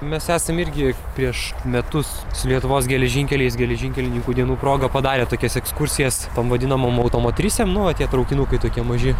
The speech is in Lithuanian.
mes esam irgi prieš metus su lietuvos geležinkeliais geležinkelininkų dienų proga padarę tokias ekskursijas tom vadinamom automotrisėm nu va tie traukinukai tokie maži